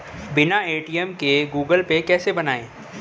बिना ए.टी.एम के Google Pay कैसे बनायें?